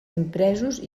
impresos